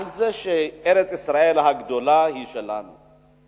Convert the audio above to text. זה שארץ-ישראל הגדולה היא שלנו.